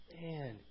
Man